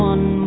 One